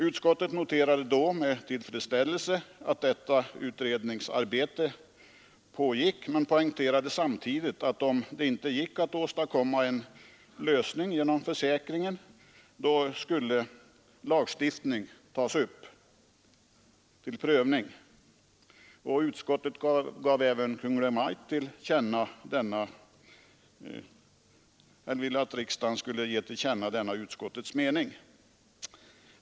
Utskottet noterade då med tillfredsställelse att detta utredningsarbete pågick men poängterade samtidigt att om det inte gick att åstadkomma en lösning genom försäkring så skulle frågan om lagstiftning tas upp till prövning. Utskottet hemställde att riksdagen skulle ge Kungl. Maj:t denna mening till känna.